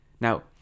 Now